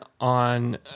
on